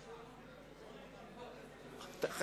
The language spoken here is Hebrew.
זה לא נגד גנבות.